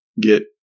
get